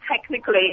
Technically